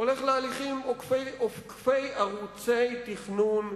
הולך להליכים עוקפי ערוצי תכנון,